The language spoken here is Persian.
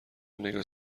نگاه